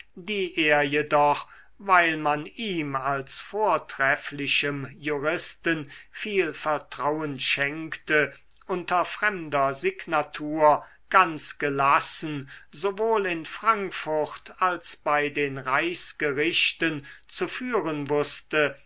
die er jedoch weil man ihm als vortrefflichem juristen viel vertrauen schenkte unter fremder signatur ganz gelassen sowohl in frankfurt als bei den reichsgerichten zu führen wußte